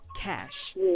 cash